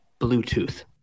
Bluetooth